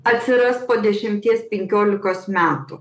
atsiras po dešimties penkiolikos metų